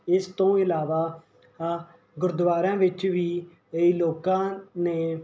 ਇਸ ਤੋਂ ਇਲਾਵਾ ਅ ਗੁਰਦੁਆਰਿਆਂ ਵਿੱਚ ਵੀ ਕਈ ਲੋਕਾਂ ਨੇ